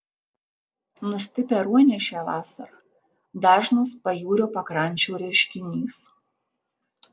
nustipę ruoniai šią vasarą dažnas pajūrio pakrančių reiškinys